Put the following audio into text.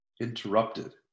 interrupted